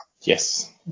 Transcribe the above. Yes